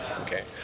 Okay